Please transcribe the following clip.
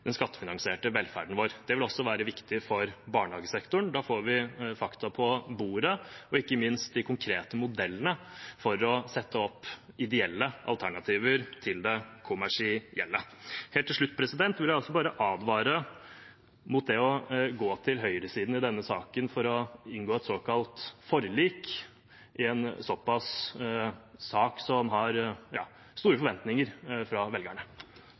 den skattefinansierte velferden vår. Det vil også være viktig for barnehagesektoren. Da får vi fakta på bordet, og ikke minst får vi de konkrete modellene for å sette opp ideelle alternativer til det kommersielle. Helt til slutt vil jeg bare advare mot å gå til høyresiden for å inngå et såkalt forlik i denne saken – en sak hvor det er såpass store forventninger hos velgerne.